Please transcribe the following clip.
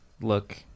look